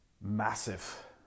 massive